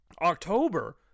October